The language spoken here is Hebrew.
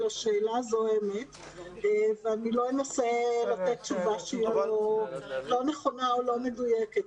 השאלה הזאת ולא אנסה לענות תשובה שהיא לא נכונה או לא מדויקת.